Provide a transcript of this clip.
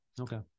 Okay